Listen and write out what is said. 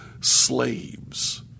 slaves